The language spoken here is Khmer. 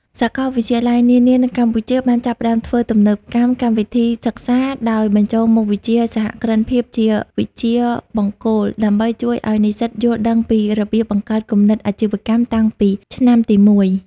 សាកលវិទ្យាល័យនានានៅកម្ពុជាបានចាប់ផ្ដើមធ្វើទំនើបកម្មកម្មវិធីសិក្សា ដោយបញ្ចូលមុខវិជ្ជាសហគ្រិនភាពជាវិជ្ជាបង្គោល ដើម្បីជួយឱ្យនិស្សិតយល់ដឹងពីរបៀបបង្កើតគំនិតអាជីវកម្មតាំងពីឆ្នាំទីមួយ។